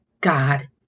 God